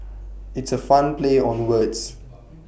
it's A fun play on words